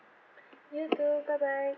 you too bye bye